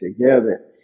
together